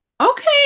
okay